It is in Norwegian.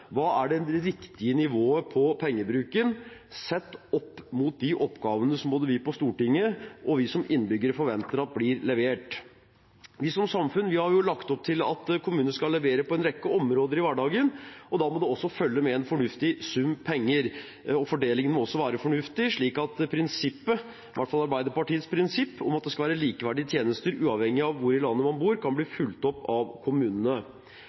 Hva er det riktige nivået på pengebruken sett opp mot de oppgavene både vi på Stortinget og vi som innbyggere forventer blir levert? Vi som samfunn har jo lagt opp til at kommunene skal levere på en rekke områder i hverdagen, og da må det også følge med en fornuftig sum penger. Fordelingen må også være fornuftig, slik at prinsippet – i hvert fall Arbeiderpartiets prinsipp – om at det skal være likeverdige tjenester uavhengig av hvor i landet man bor, kan bli fulgt opp av kommunene.